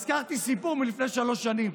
הזכרתי סיפור מלפני שלוש שנים.